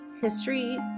history